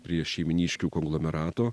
prie šeimynyškių konglomerato